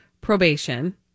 probation